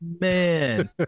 Man